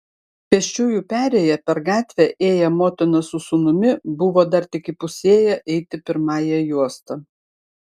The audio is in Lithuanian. pėsčiųjų perėja per gatvę ėję motina su sūnumi buvo dar tik įpusėję eiti pirmąja juosta